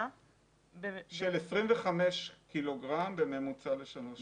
25 קילוגרם בממוצע שנתי לשלוש שנים.